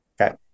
okay